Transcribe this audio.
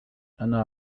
أنا